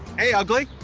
hey ugly.